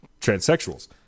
transsexuals